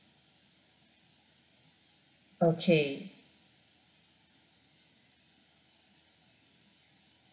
okay